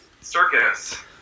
circus